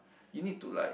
you need to like